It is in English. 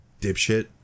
dipshit